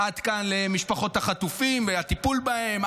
עד כאן למשפחות החטופים ולטיפול בהם,